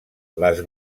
les